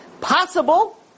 Possible